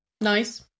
Nice